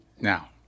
Now